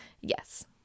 yes